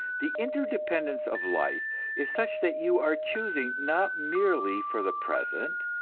the interdependence of life is such that you are choosing not merely for the present,